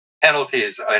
penalties